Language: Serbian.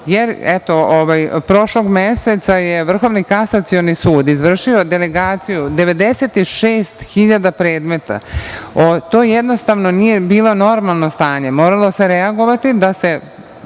jer eto, prošlog meseca je Vrhovni kasacioni sud izvršio delegaciju 96 hiljada predmeta. To je jednostavno nije bila normalno stanje. Moralo se reagovati da se